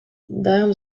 daarom